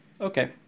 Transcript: Okay